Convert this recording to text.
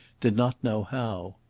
did not know how.